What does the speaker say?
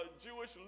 Jewish